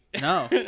No